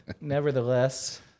nevertheless